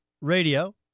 Radio